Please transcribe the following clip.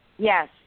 Yes